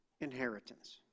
Inheritance